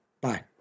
Bye